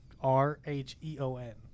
R-H-E-O-N